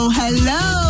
hello